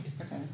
Okay